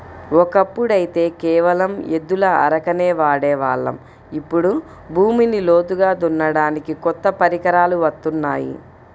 ఒకప్పుడైతే కేవలం ఎద్దుల అరకనే వాడే వాళ్ళం, ఇప్పుడు భూమిని లోతుగా దున్నడానికి కొత్త పరికరాలు వత్తున్నాయి